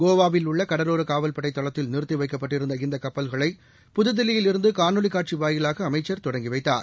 கோவாவில் உள்ள கடலோர காவல்படை தளத்தில் நிறுத்தி வைக்கப்பட்டிருந்த இந்த கப்பல்களை புதுதில்லியில் இருந்து காணொலி காட்சி வாயிலாக அமைச்சர் தொடங்கி வைத்தார்